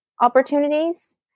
opportunities